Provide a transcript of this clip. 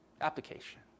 Application